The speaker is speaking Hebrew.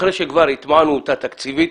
אחרי שכבר הטמענו אותה תקציבית,